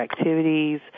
activities